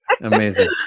Amazing